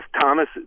Thomas